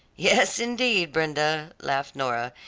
yes, indeed, brenda, laughed nora,